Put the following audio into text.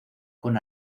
con